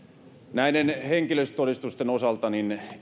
näiden henkilöllisyystodistusten osalta